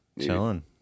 Chilling